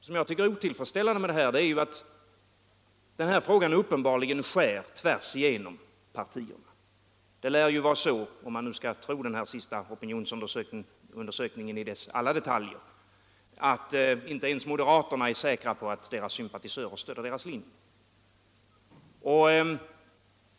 Denna fråga skär uppenbarligen tvärs igenom partierna. Det lär vara så, även om man inte behöver tro på den senaste opinionsundersökningen i dess alla detaljer, att inte ens moderaterna är säkra på att deras sym patisörer stöder deras linje.